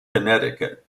connecticut